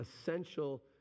essential